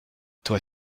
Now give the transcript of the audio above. toi